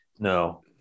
No